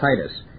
Titus